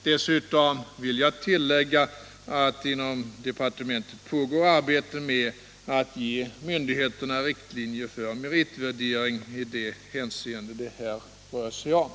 Dessutom vill jag tillägga att inom departementet pågår arbete med att ge myndigheterna riktlinjer för meritvärdering i det hänseende det här rör. sig om.